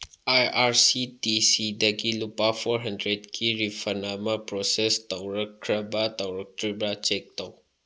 ꯑꯥꯏ R C T ꯁꯤꯗꯒꯤ ꯂꯨꯄꯥ for ꯍꯟꯗ꯭ꯔꯦꯠꯀꯤ ꯔꯤꯐꯟ ꯑꯃ ꯄ꯭ꯔꯣꯁꯦꯁ ꯇꯧꯔꯛꯈ꯭ꯔꯕ ꯇꯧꯔꯛꯇ꯭ꯔꯤꯕ ꯆꯦꯛ ꯇꯧ